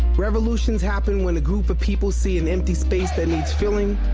revolutions happen when a group of people see an empty space that needs filling,